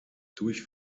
durch